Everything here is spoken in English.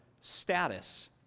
status